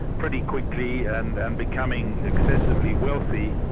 pretty quickly, and and becoming excessively wealthy.